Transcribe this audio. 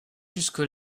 jusque